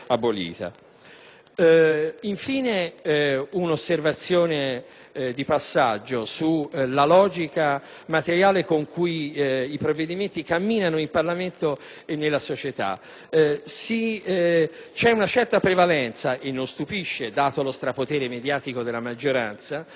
Infine, una osservazione di passaggio sulla logica materiale con cui i provvedimenti camminano in Parlamento e nella società: vi è una certa prevalenza -non stupisce dato lo strapotere mediatico della maggioranza - ad